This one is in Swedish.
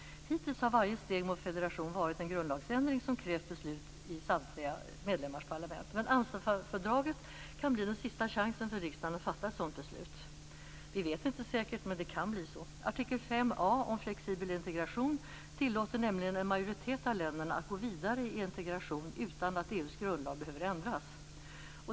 Hittills har varje steg mot federation varit en grundlagsändring, som krävt beslut i samtliga medlemsländers parlament. Amsterdamfördraget kan bli den sista chansen för riksdagen att fatta ett sådant beslut. Vi vet inte säkert, men det kan bli så. Artikel 5a om flexibel integration tillåter nämligen en majoritet av länderna att gå vidare i integration utan att EU:s grundlag behöver ändras.